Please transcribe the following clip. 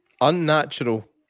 unnatural